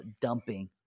dumping